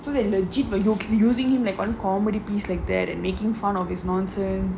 so they legit you know using him like on comedy piece like that and making fun of his nonsense